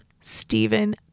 Stephen